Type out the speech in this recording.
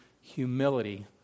humility